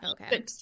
okay